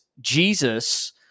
Jesus